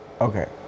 Okay